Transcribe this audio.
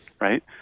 right